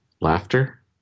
Laughter